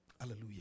Hallelujah